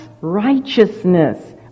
righteousness